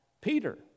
Peter